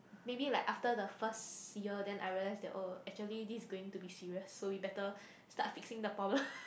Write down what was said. maybe like after the first year then I realize that oh actually this is going to be serious so we better start fixing the problem